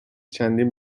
چندین